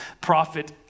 prophet